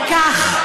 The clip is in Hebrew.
לא לצעוק, וכך,